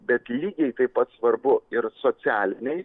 bet lygiai taip pat svarbu ir socialiniai